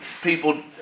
people